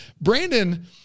Brandon